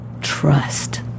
trust